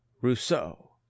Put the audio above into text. rousseau